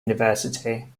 university